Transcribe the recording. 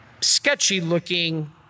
sketchy-looking